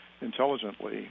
intelligently